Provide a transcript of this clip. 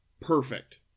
perfect